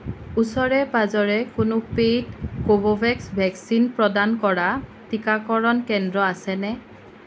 ওচৰে পাজৰে কোনো পেইড কোভোভেক্স ভেকচিন প্ৰদান কৰা টীকাকৰণ কেন্দ্ৰ আছেনে